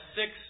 six